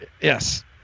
yes